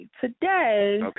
Today